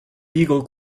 eagle